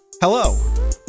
Hello